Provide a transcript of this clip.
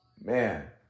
Man